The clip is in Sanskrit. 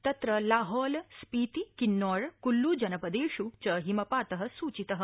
तत्र लाहौल स्पीति किन्नौर कुल्लू जनपदेषु च हिमपातः सूचितः